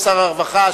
הרווחה,